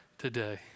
today